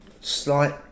Slight